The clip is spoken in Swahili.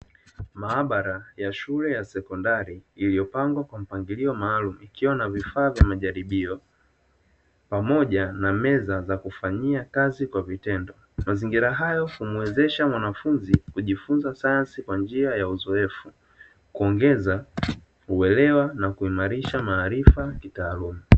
Maabara ya shule ya sekondari, iliyopangwa kwa mpangilio maalumu, ikiwa na vifaa vya majaribio pamoja na meza za kufanyia kazi kwa vitendo. Mazingira hayo yanamuwezesha mwanafunzi kujifunza sayansi kwa njia ya uzoefu, kuongeza uelewa na kuimarisha maarifa kitaaluma.